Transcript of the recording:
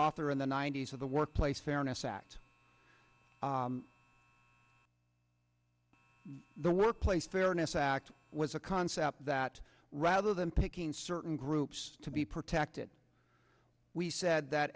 author in the ninety's of the workplace fairness act the workplace fairness act was a concept that rather than picking certain groups to be protected we said that